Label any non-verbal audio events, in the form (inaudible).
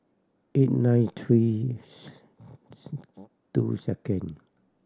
eight nine three (noise) two second